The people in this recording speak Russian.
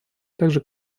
также